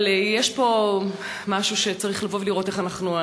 אבל יש פה משהו שצריך לבוא ולראות איך אנחנו,